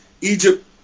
Egypt